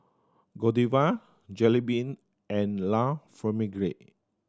Godiva Jollibean and La Famiglia